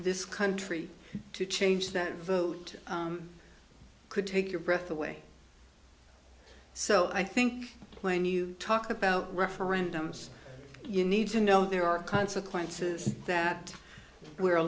this country to change that vote could take your breath away so i think plane you talk about referendums you need to know there are consequences that where a